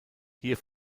hier